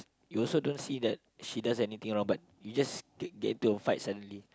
you also don't see that she does anything wrong like you just get into a fight suddenly